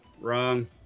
Wrong